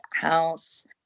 house